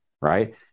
right